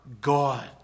God